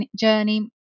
journey